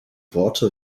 worte